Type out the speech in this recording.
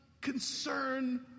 concern